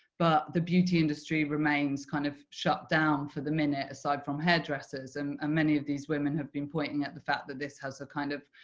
but the beauty industry remains kind of shut down for the minute aside from hairdressers and ah many of these women have been pointing at the fact that this has a kind of